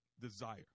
desire